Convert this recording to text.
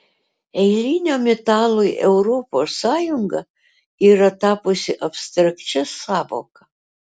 eiliniam italui europos sąjunga yra tapusi abstrakčia sąvoka